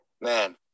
man